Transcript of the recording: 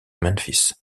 memphis